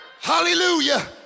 Hallelujah